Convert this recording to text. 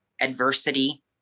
adversity